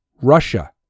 Russia